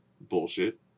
bullshit